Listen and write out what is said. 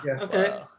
Okay